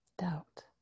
doubt